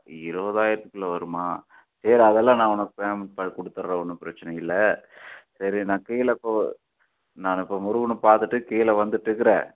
இருபதாயிரத்துக்குள்ள வருமா சரி அதெல்லாம் நான் உனக்கு பேமெண்ட்டை கொடுத்தட்றேன் ஒன்றும் பிரச்சனை இல்லை சரி நான் கீழே போ நான் இப்போ முருகனைப் பார்த்துட்டு கீழே வந்துட்டுருக்குறேன்